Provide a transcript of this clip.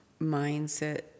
mindset